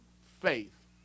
faith